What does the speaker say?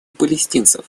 палестинцев